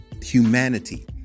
humanity